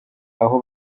aho